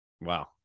Wow